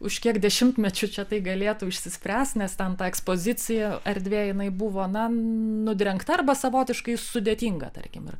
už kiek dešimtmečių čia tai galėtų išsispręst nes ten ta ekspozicija erdvėj jinai buvo na nudrengta arba savotiškai sudėtinga tarkim ir